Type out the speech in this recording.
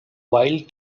wild